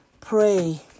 pray